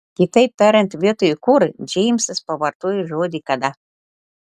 kitaip tariant vietoj kur džeimsas pavartojo žodį kada